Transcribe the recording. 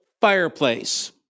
fireplace